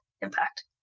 impact